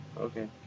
Okay